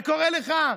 אני קורא לך,